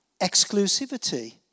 exclusivity